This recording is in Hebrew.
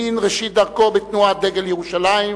למן ראשית דרכו בתנועת דגל ירושלים,